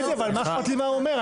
אבל מה אכפת לי מה הוא אומר,